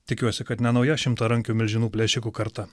tikiuosi kad nenaujas šimto rankų milžinų plėšikų kartą